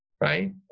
right